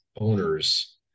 owners